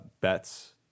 Bets